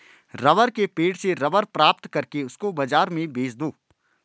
rubber के पेड़ से रबर प्राप्त करके उसको बाजार में बेच दो